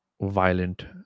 violent